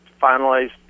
finalized